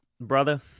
brother